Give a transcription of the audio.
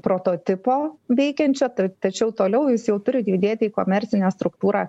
prototipo veikiančio tačiau toliau jis jau turi judėti į komercinę struktūrą